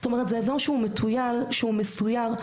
זה אזור מתוייר ומסוייר .